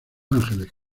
ángeles